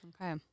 Okay